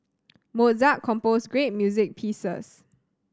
Mozart composed great music pieces